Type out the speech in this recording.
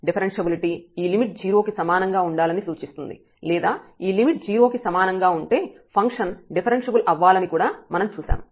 differentiability ఈ limit 0 కి సమానంగా ఉండాలని సూచిస్తుంది లేదా ఈ లిమిట్ 0 కి సమానంగా ఉంటే ఫంక్షన్ డిఫరెన్ష్యబుల్ అవ్వాలని కూడా మనం చూశాము